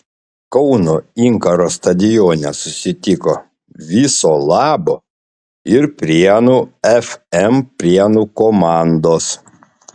kauno inkaro stadione susitiko viso labo ir prienų fm prienų komandos